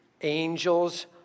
angels